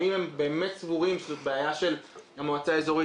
האם הם באמת סבורים שזאת בעיה של המועצה האזורית